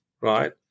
right